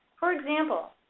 for example,